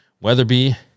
Weatherby